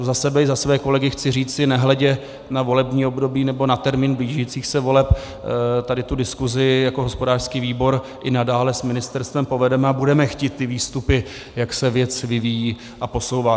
Za sebe i za své kolegy chci říci, nehledě na volební období nebo na termín blížících se voleb tady tu diskusi jako hospodářský výbor i nadále s ministerstvem povedeme a budeme chtít výstupy, jak se věc vyvíjí a posouvá.